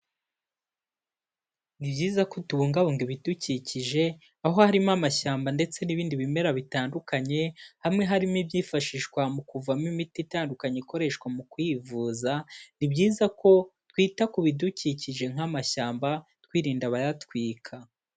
Ni byiza ko tubungabunga ibidukikije, aho harimo amashyamba ndetse n'ibindi bimera bitandukanye; hamwe harimo ibyifashishwa mu kuvamo imiti itandukanye ikoreshwa mu kwivuza. Ni byiza ko twita ku bidukikije nk'amashyamba twirinda abayatwika.